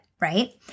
right